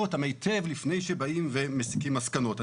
אותם היטב לפני שבאים ומסיקים מסקנות.